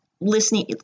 listening